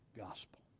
gospel